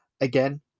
Again